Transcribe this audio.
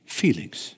feelings